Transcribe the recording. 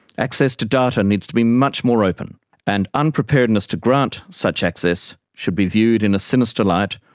access to data needs to be much more open and unpreparedness to grant such access should be viewed in a sinister light,